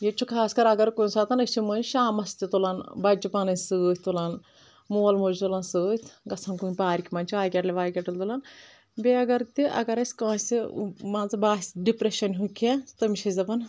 ییٚتہِ چھ خاص کر اگر کُنہِ ساتَن أسۍ چھِ منٛزۍ شامس تہِ تُلان بچہٕ پننۍ سۭتۍ تُلان مول موج تُلان سۭتۍ گژھان کُنہِ پارکہِ منٛز چاے کیٹل واے کٮ۪ٹل تُلان بیٚیہِ اگرتہِ اگر اسۍ کٲنٛسہہ مانژٕ باسہِ ڈپرشن ہُنٛد کیٚنٛہہ تٔمِس چھ اسۍ دپان